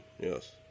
yes